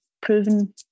proven